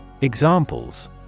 examples